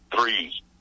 three